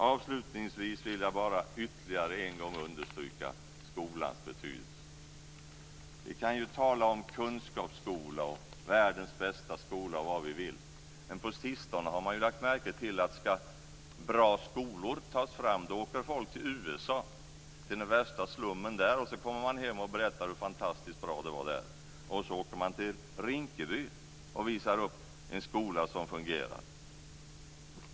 Avslutningsvis vill jag bara ytterligare en gång understryka skolans betydelse. Vi kan ju tala om kunskapsskola, om världens bästa skola och vad vi vill. Men på sistone har man ju lagt märke till att om bra skolor ska tas fram, då åker folk till USA och den värsta slummen där. Sedan kommer de hem och berättar hur fantastiskt bra det var där. Sedan åker man till Rinkeby och visar upp en skola som fungerar.